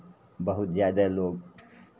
बहुत जादे लोक